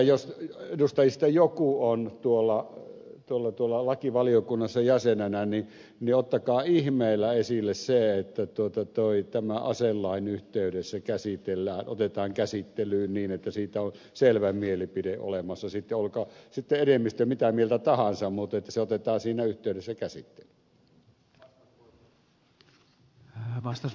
jos edustajista joku on tuolla lakivaliokunnassa jäsenenä niin ottakaa ihmeellä esille se että tämä aselain yhteydessä otetaan käsittelyyn niin että siitä on selvä mielipide olemassa sitten olkoon sitten enemmistö mitä mieltä tahansa mutta että se otetaan siinä yhteydessä käsittelyyn